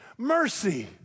Mercy